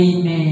Amen